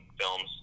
films